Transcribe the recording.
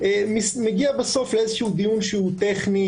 מגיע לדיון טכני,